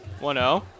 1-0